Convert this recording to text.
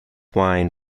wine